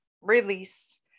release